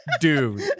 dude